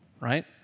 right